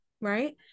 right